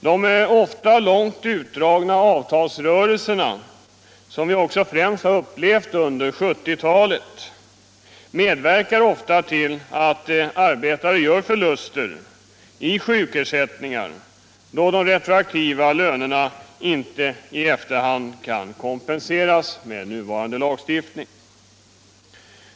De ofta långt utdragna avtalsrörelserna, som vi främst har upplevt under 1970-talet, medverkar ofta till att arbetare gör förluster i sjukersättningar, då de retroaktiva lönerna med nuvarande lagstiftning inte efter hand kan kompenseras.